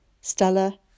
Stella